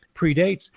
predates